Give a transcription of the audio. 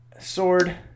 Sword